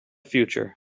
future